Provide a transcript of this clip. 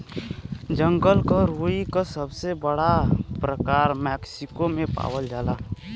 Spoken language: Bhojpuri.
जंगल क रुई क सबसे बड़ा प्रकार मैक्सिको में पावल जाला